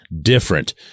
different